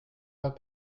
pas